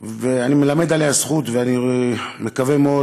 אני מלמד עליה זכות, ואני מקווה מאוד